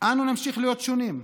אנו נמשיך להיות שונים,